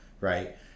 right